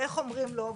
ואיך אומרים לו,